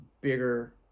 bigger